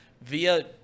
via